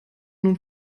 nun